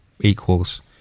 equals